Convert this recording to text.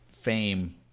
fame